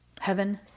heaven